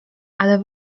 ale